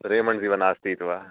रेमण्ड्स् इव नास्ति इति वा